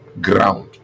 ground